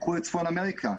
קחו את צפון אמריקה,